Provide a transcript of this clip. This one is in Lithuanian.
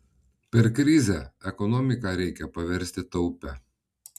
per krizę ekonomiką reikia paversti taupia